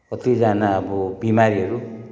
कतिजना अब बिमारीहरू